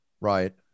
Right